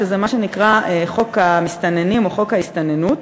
מה שנקרא חוק המסתננים או חוק ההסתננות,